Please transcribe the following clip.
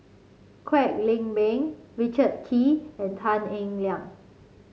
Kwek Leng Beng Richard Kee and Tan Eng Liang